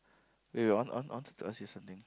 wait wait I want I wanted to ask you something